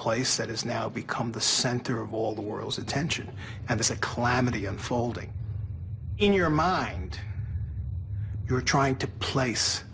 place that is now become the center of all the world's attention and this a chlamydia unfolding in your mind you're trying to place